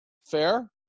Fair